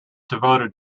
devoted